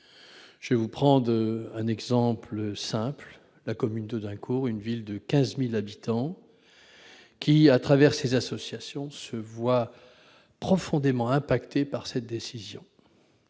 Je prends un exemple simple, celui de la commune d'Audincourt, ville de 15 000 habitants, qui, à travers ses associations, se voit profondément impactée par cette décision.